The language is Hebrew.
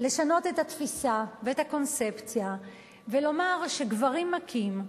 לשנות את התפיסה ואת הקונספציה ולומר שגברים מכים,